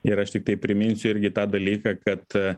ir aš tiktai priminsiu irgi tą dalyką kad